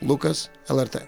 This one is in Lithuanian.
lukas lrt